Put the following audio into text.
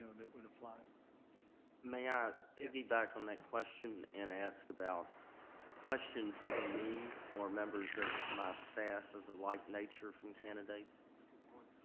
so that would apply. may i piggyback from that question and ask about questions to me or members of my staff of a light nature from candidates. that's a good point.